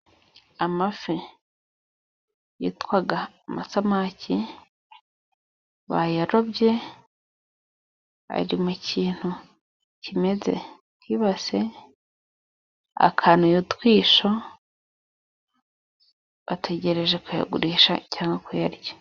Amafi yitwa amasamaki bayarobye ari mu kintu kimeze nk'ibase, akanuye utwisho, bategereje kuyagurisha cyangwa kuyarya.